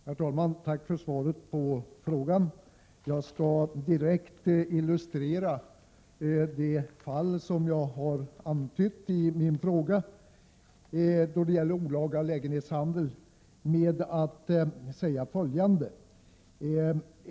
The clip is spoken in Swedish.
Herr talman! Tack för svaret på frågan. Jag skall direkt illustrera det fall när det gäller olaga lägenhetshandel som jag har antytt i min fråga.